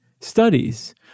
studies